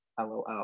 LOL